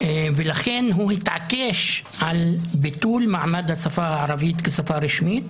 ולכן הוא התעקש על ביטול השפה הערבית כשפה רשמית.